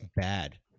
bad